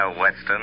Weston